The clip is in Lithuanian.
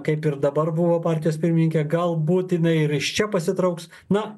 kaip ir dabar buvo partijos pirmininkė galbūt jinai ir iš čia pasitrauks na